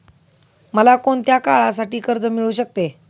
मला कोणत्या काळासाठी कर्ज मिळू शकते?